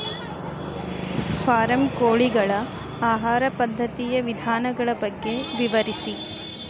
form ಕೋಳಿಗಳ ಆಹಾರ ಪದ್ಧತಿಯ ವಿಧಾನಗಳ ಬಗ್ಗೆ ವಿವರಿಸಿ